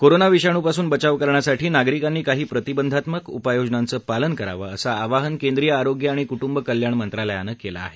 corona विषाणूपासून बचाव करण्यासाठी नागरिकांनी काही प्रतिबंधात्मक उपाययोजनांचं पालन करावं असं आवाहन केंद्रीय आरोग्य आणि कुटुंब कल्याण मंत्रालयानं केलं आहे